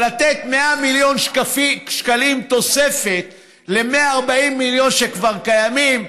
לתת 100 מיליון שקלים תוספת ל-140 מיליון שכבר קיימים,